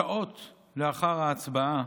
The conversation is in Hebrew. שעות לאחר ההצבעה